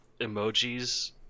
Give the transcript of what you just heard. emojis